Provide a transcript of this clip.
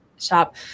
shop